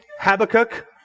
Habakkuk